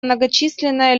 многочисленная